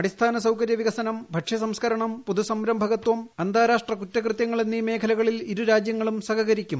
അടിസ്ഥാന സൌകര്യ വികസനം ഭക്ഷ്യസംസ്കരണം പുതുസംരംഭകത്വം അന്താരാഷ്ട്ര കുറ്റകൃത്യങ്ങൾ എന്നീ മേഖലകളിൽ ഇരുരാജ്യങ്ങളും സഹകരിക്കും